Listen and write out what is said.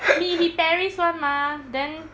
me he pasir-ris [one] mah then